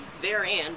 therein